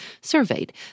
surveyed